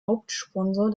hauptsponsor